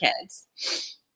kids